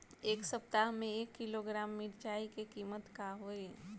एह सप्ताह मे एक किलोग्राम मिरचाई के किमत का होई?